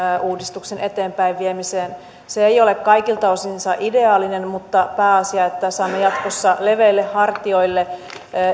uudistuksen eteenpäinviemiseen se ei ole kaikilta osinsa ideaalinen mutta pääasia että saamme jatkossa leveille hartioille